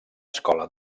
escola